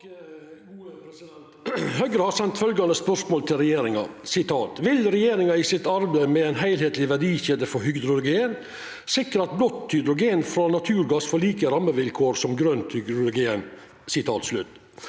Høgre har sendt føl- gjande spørsmål til regjeringa: Vil regjeringa i arbeidet sitt med ei heilskapleg verdikjede for hydrogen sikra at blått hydrogen frå naturgass får like rammevilkår som grønt hydrogen?